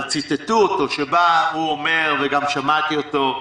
אבל ציטטו אותו שבה הוא אומר וגם שמעתי אותו: